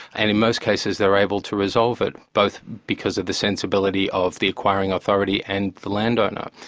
and in most cases they're able to resolve it, both because of the sensibility of the acquiring authority and the landowner.